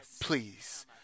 Please